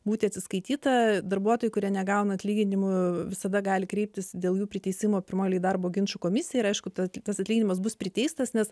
būti atsiskaityta darbuotojų kurie negauna atlyginimų visada gali kreiptis dėl jų priteisimo pirmoj eilėj darbo ginčų komisijai ir aišku tas atlyginimas bus priteistas nes